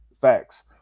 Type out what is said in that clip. Facts